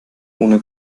ohne